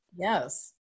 Yes